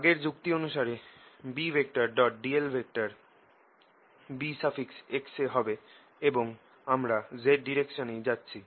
আগের যুক্তি অনুসারে Bdl Bx এ হবে এবং আমরা z ডাইরেকশনেই যাচ্ছি